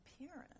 appearance